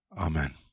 Amen